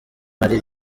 marie